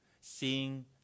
Seeing